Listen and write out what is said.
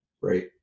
right